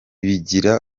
bigira